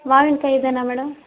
ಮಾವಿನ್ಕಾಯಿ ಇದೆಯಾ ಮೇಡಮ್